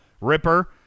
Ripper